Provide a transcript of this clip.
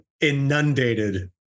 inundated